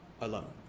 alone